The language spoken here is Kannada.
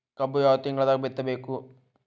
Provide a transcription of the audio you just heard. ಕಬ್ಬು ಯಾವ ತಿಂಗಳದಾಗ ಬಿತ್ತಬೇಕು?